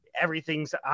everything's